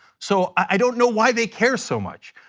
so i don't know why they care so much.